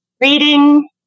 reading